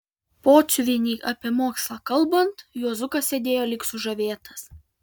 pociuvienei apie mokslą kalbant juozukas sėdėjo lyg sužavėtas